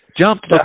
Jumped